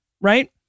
right